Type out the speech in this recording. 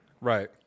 Right